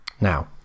now